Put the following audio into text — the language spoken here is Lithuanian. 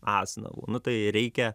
asnavų nu tai reikia